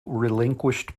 relinquished